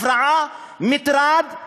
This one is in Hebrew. הפרעה, מטרד.